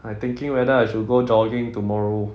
I thinking whether I should go jogging tomorrow